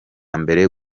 mbere